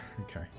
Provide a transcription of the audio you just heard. Okay